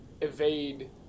evade